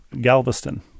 Galveston